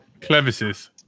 Clevises